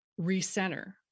recenter